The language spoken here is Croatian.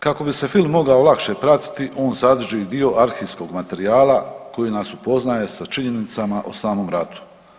Kako bi se film mogao lakše pratiti, on sadrži dio arhivskog materijala koji nas upoznaje sa činjenicama o samom ratu.